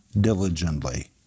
diligently